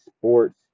sports